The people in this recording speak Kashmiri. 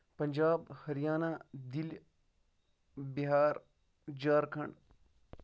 پنجاب ہریانہ دِلہِ بِہار جھارکھنٛڈ